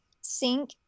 sync